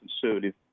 conservative